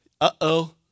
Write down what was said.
Uh-oh